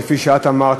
כפי שאת אמרת,